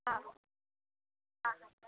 हँहँ हँ